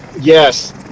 Yes